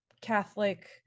Catholic